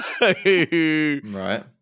Right